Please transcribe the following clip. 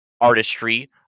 artistry